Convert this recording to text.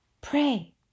Pray